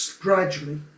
gradually